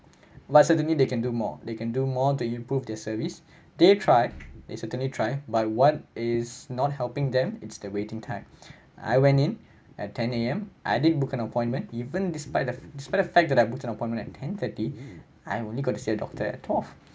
like suddenly they can do more they can do more to improve their service they tried they certainly try but what is not helping them it's the waiting time I went in at ten A_M I did book an appointment even despite despite the fact that I booked an appointment at ten thirty I only got to see a doctor at twelve